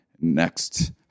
next